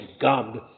God